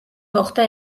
მოხდა